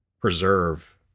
preserve